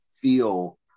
feel